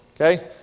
Okay